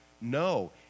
No